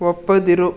ಒಪ್ಪದಿರು